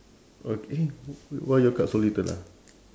ok~ eh why your card so little ah